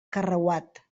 carreuat